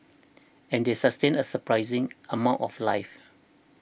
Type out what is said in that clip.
and they sustain a surprising amount of life